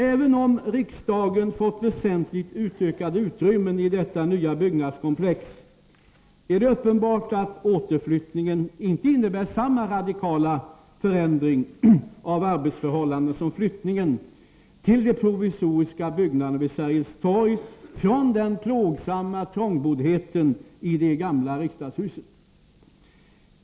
Även om riksdagen fått väsentligt utökade utrymmen i detta nya byggnadskomplex, är det uppenbart att återflyttningen inte innebär samma radikala förändring av ledamöternas arbetsförhållanden som flyttningen från den plågsamma trångboddheten i det gamla riksdagshuset till den provisoriska byggnaden vid Sergels torg.